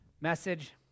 message